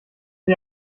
sie